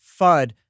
FUD